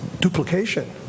duplication